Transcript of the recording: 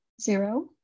zero